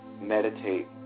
meditate